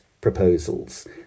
proposals